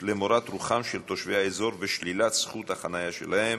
למורת רוחם של תושבי האזור ושלילת זכות החניה שלהם,